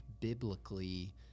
biblically